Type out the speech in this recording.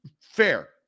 Fair